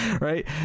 right